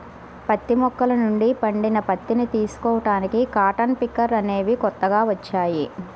పత్తి మొక్కల నుండి పండిన పత్తిని తీసుకోడానికి కాటన్ పికర్ అనేవి కొత్తగా వచ్చాయి